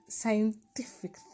scientific